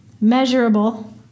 measurable